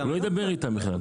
הוא לא ידבר איתם בכלל.